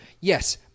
Yes